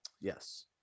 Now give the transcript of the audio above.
Yes